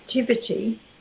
activity